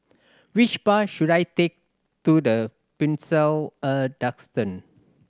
which bus should I take to The Pinnacle at Duxton